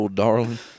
darling